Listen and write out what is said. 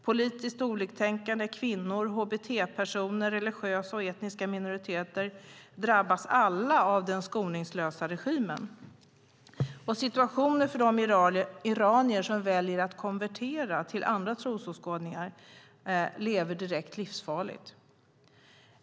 Politiskt oliktänkande, kvinnor, hbt-personer och religiösa och etniska minoriteter drabbas alla av den skoningslösa regimen. Situationen för de iranier som väljer att konvertera till andra trosåskådningar är direkt livsfarlig.